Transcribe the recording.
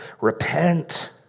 Repent